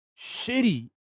shitty